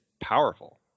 powerful